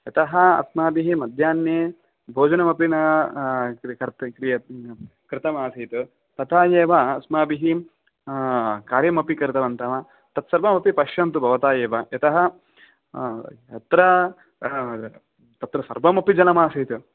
यतः अस्माभिः मध्याह्णे भोजनमपि न कृतं आसीत् तथा एव अस्माभिः कार्यमपि कृतवन्तः तत्सर्वमपि पश्यन्तु भवता एव यतः यत्र तत्र सर्वमपि जलम् आसीत्